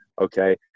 okay